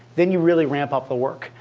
then you really ramp up the work,